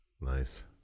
nice